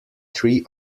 three